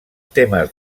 temes